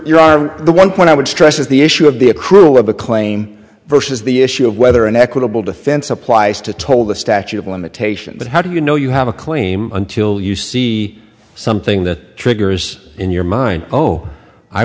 are the one point i would stress is the issue of the a crew of a claim versus the issue of whether an equitable defense applies to told the statute of limitations but how do you know you have a claim until you see something that triggers in your mind oh i